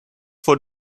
vor